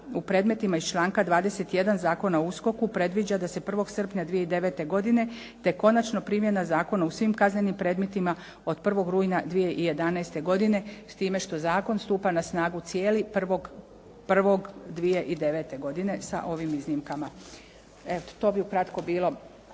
u predmetima iz članka 21. Zakona o USKOK-u predviđa da se 1. srpnja 2009. godine te konačno primjena zakona u svim kaznenim predmetima od 1. rujna 2011. godine s time što zakon stupa na snagu cijeli 1.1.2009. godine sa ovim iznimkama.